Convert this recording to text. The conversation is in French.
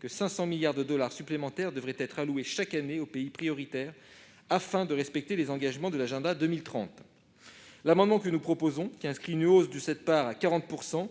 que 500 milliards de dollars supplémentaires devraient être alloués chaque année aux pays prioritaires afin de respecter les engagements de l'Agenda 2030. L'adoption de cet amendement, qui vise à porter cette part à 40 %,